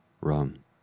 Rum